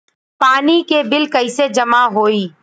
पानी के बिल कैसे जमा होयी?